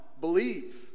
believe